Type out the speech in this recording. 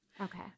Okay